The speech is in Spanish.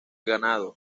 ganado